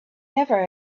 never